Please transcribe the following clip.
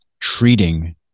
treating